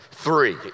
three